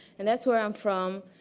and that's where i'm from.